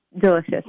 delicious